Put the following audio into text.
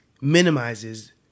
minimizes